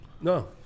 No